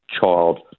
child